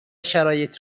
شرایط